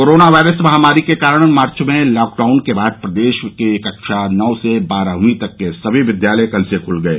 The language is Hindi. कोरोना वायरस महामारी के कारण मार्च में लगे लॉकडाउन के बाद प्रदेश के कक्षा नौ से बारहवीं तक के सभी विद्यालय कल से खुल गये